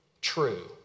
true